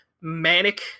manic